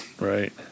right